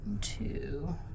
Two